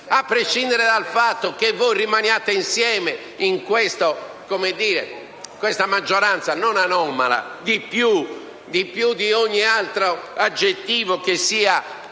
a prescindere dal fatto che voi rimaniate insieme in questa maggioranza che non è anomala, ma è più di ogni altro aggettivo che sia